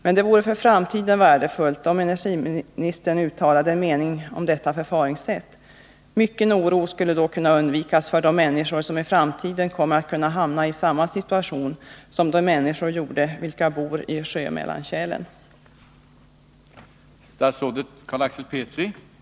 Men det vore för framtiden värdefullt om energiministern uttalade en mening om detta förfaringssätt. Mycken oro skulle då kunna undvikas för de människor som i framtiden kan hamna i samma situation som människorna i Sjömellankälen hamnade i.